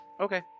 okay